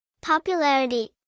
Popularity